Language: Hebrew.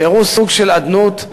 שהראו סוג של אדנות,